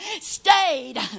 stayed